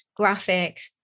graphics